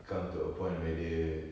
come to a point whether